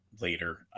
later